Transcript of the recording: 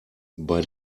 bei